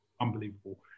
Unbelievable